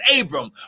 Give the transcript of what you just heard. Abram